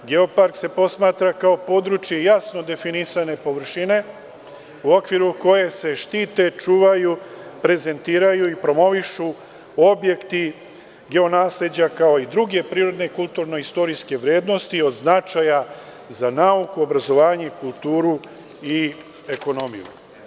Geopark se posmatra kao područje jasno definisane površine u okviru koje se štite, čuvaju, prezentiraju i promovišu objekti geonasleđa kao i druge kulturnoistorijske vrednosti od značaja za nauku, obrazovanje, kulturu i ekonomiju.